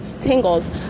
tingles